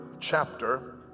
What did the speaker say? chapter